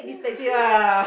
yeah